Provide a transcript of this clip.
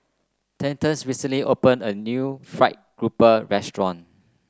Thaddeus recently opened a new Fried Garoupa restaurant